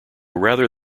rather